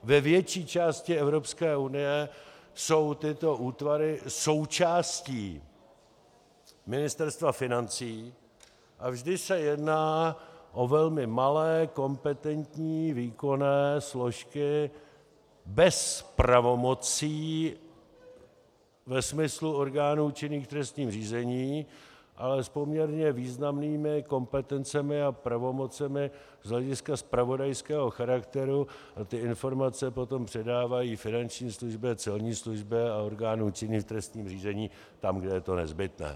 Ve větší části Evropské unie jsou tyto útvary součástí Ministerstva financí a vždy se jedná o velmi malé kompetentní výkonné složky bez pravomocí ve smyslu orgánů činných v trestním řízení, ale s poměrně významnými kompetencemi a pravomocemi z hlediska zpravodajského charakteru a ty informace potom předávají finanční službě, celní službě a orgánům činným v trestním řízení tam, kde je to nezbytné.